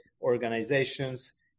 organizations